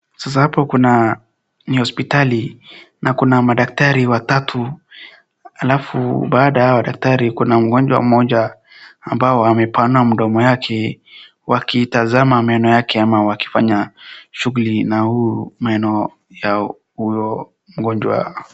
Sasa hapo ni hospitali na kuna madaktari watatu halafu baada ya hao madaktari kuna mmoja ambaye amepanua mdomo yake wakitazama meno yake ama wakifanya shughuli na meno ya huyo mgonjwa.